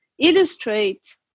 illustrate